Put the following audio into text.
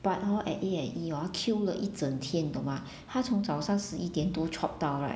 but hor at A&E hor 她 queue 了一整天懂吗她从早上十一点多 chop 到 right